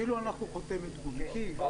כאילו אנחנו חותמת גומי.